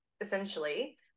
essentially